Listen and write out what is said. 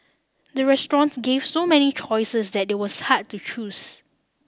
the restaurant gave so many choices that it was hard to choose